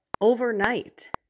overnight